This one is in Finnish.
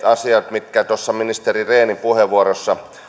asiat mitkä ministeri rehnin puheenvuorossa